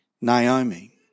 Naomi